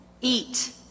Eat